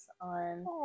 on